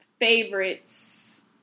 favorites